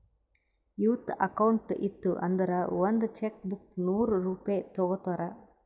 youth account ಇತ್ತು ಅಂದುರ್ ಒಂದ್ ಚೆಕ್ ಬುಕ್ಗ ನೂರ್ ರೂಪೆ ತಗೋತಾರ್